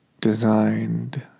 Designed